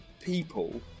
people